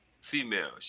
female